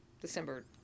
December